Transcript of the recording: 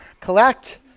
collect